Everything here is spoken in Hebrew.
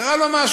קרה לו משהו.